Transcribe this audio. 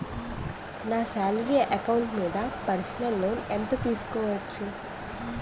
నా salary account మీద personal loan ఎంత తీసుకోవచ్చు?